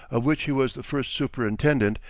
of which he was the first superintendent,